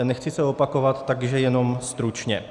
Nechci se opakovat, takže jenom stručně.